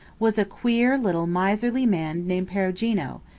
was a queer little miserly man named perugino,